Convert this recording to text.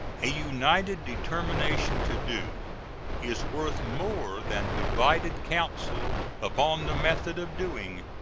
a united determination to do is worth more than divided counsels upon the method of doing.